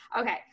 Okay